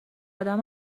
ادم